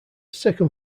second